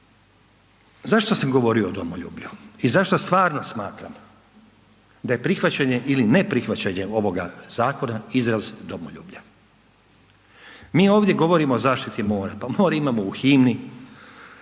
Zašto sam govorio o domoljublju i zašto stvarno smatram da je prihvaćanje ili neprihvaćanje ovoga zakona izraz domoljublja? Mi ovdje govorimo o zaštiti mora, pa more imamo u himni,